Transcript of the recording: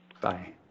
Bye